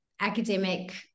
academic